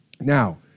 Now